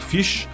Fish